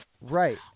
right